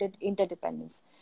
interdependence